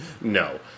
No